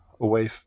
away